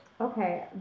Okay